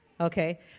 Okay